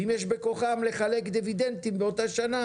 אם יש בכוחם לחלק דיבידנדים באותה שנה